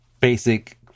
basic